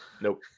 Nope